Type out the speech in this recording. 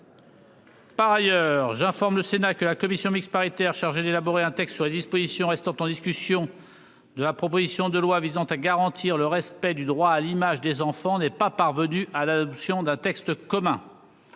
Par ailleurs, la commission mixte paritaire chargée d'élaborer un texte sur les dispositions restant en discussion de la proposition de loi visant à garantir le respect du droit à l'image des enfants n'est pas parvenue à l'adoption d'un texte commun.